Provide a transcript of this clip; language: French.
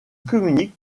communiquent